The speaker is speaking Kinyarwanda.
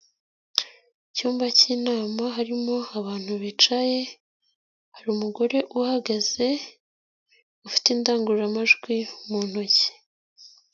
Icyumba k'inama harimo abantu bicaye, hari umugore uhagaze ufite indangururamajwi mu ntoki.